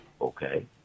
okay